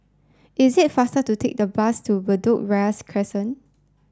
is it faster to take the bus to Bedok Ria Crescent